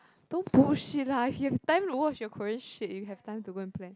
don't bullshit lah if you have time watch your Korean shit you have time to go and plan